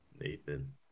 Nathan